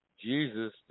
Jesus